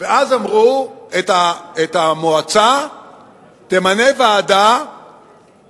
אז אמרו, את המועצה תמנה ועדה